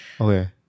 okay